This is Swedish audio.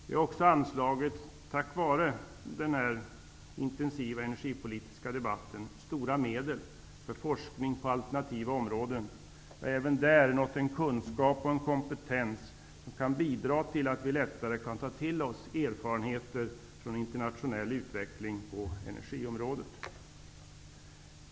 Vi har också tack vare denna intensiva energipolitiska debatt kunnat anslå stora medel för forskning på alternativa områden och även där nått en kunskap och kompetens som kan bidra till att vi lättare kan ta till oss erfarenheter från internationell utveckling på energiområdet.